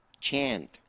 chant